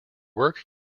work